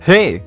Hey